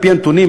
על-פי הנתונים,